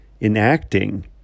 Enacting